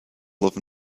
love